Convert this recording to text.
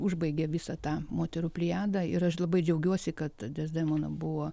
užbaigė visą tą moterų plejadą ir aš labai džiaugiuosi kad dezdemona buvo